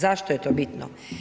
Zašto je to bitno?